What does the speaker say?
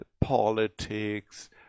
politics